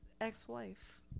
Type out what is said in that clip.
ex-wife